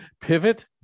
Pivot